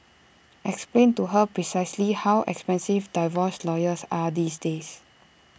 explain to her precisely how expensive divorce lawyers are these days